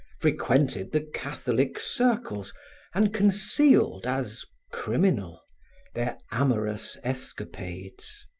frequented the catholic circles and concealed as criminal their amorous escapades.